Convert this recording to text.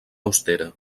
austera